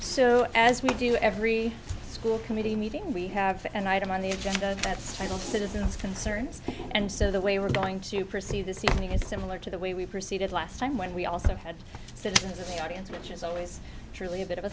so as we do every school committee meeting we have an item on the agenda that's titled citizens concerns and so the way we're going to proceed this evening is similar to the way we proceeded last time when we also had citizens of the audience which is always truly a bit of a